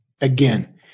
again